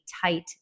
tight